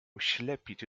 oślepić